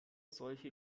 solche